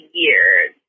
years